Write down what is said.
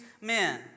men